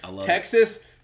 Texas